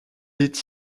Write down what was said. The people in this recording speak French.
est